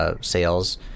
sales